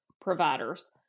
providers